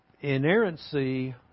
inerrancy